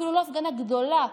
אפילו לא הפגנה גדולה.